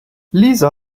lisa